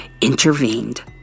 intervened